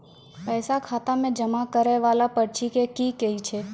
पैसा खाता मे जमा करैय वाला पर्ची के की कहेय छै?